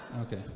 Okay